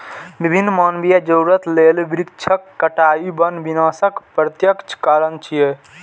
विभिन्न मानवीय जरूरत लेल वृक्षक कटाइ वन विनाशक प्रत्यक्ष कारण छियै